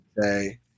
say